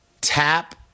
tap